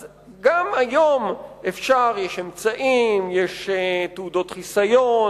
אז גם היום אפשר, יש אמצעים, יש תעודות חיסיון,